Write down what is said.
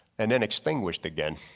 and then extinguished again,